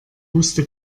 wusste